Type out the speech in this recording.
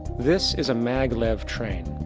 this is a mag-lev train.